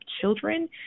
children